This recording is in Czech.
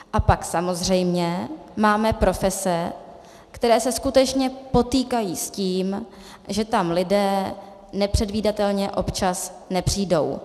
A pak samozřejmě máme profese, které se skutečně potýkají s tím, že tam lidé nepředvídatelně občas nepřijdou.